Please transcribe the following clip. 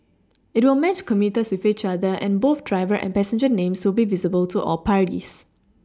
it will match commuters with each other and both driver and passenger names will be visible to all parties